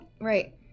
Right